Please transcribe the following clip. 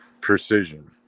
precision